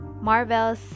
Marvel's